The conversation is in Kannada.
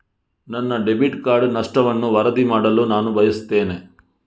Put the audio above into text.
ನನ್ನ ಡೆಬಿಟ್ ಕಾರ್ಡ್ ನಷ್ಟವನ್ನು ವರದಿ ಮಾಡಲು ನಾನು ಬಯಸ್ತೆನೆ